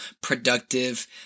productive